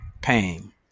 pain